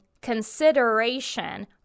consideration